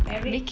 marriage